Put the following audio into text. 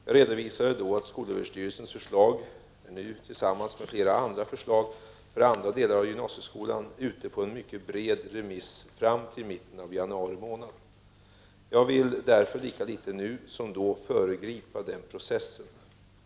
Jag redovisade då att SÖ:s förslag tillsammans med flera andra förslag för andra delar av gymnasieskolan nu är ute på en mycket bred remiss fram till mitten av januari. Jag vill därför lika litet nu som då föregripa den processen.